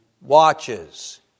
watches